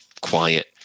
quiet